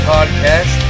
Podcast